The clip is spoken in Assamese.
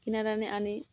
কিনা দানা আনি